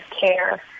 care